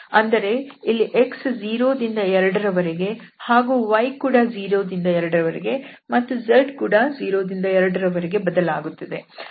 ಅಂದರೆ ಇಲ್ಲಿ x 0 ದಿಂದ 2 ರ ವರೆಗೆ ಹಾಗೂ y ಕೂಡ 0 ದಿಂದ 2 ರ ವರೆಗೆ ಮತ್ತು z ಕೂಡ 0 ದಿಂದ 2 ರ ವರೆಗೆ ಬದಲಾಗುತ್ತದೆ